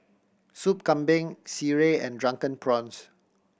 Soup Kambing sireh and Drunken Prawns